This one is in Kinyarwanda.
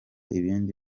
ibindi